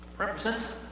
represents